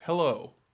Hello